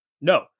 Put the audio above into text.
No